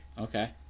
okay